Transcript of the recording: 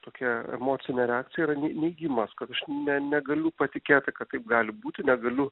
tokia emocinė reakcija yra n neigimas kad aš ne negaliu patikėti kad taip gali būti negaliu